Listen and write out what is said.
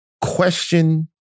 question